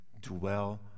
dwell